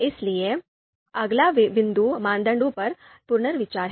इसलिए अगला बिंदु मानदंड पर पुनर्विचार है